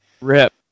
Rip